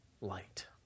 light